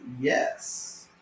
Yes